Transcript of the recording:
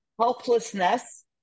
helplessness